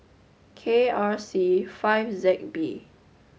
K R C five Z B